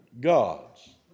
gods